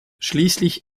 schließlich